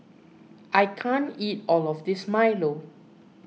I can't eat all of this Milo